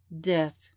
death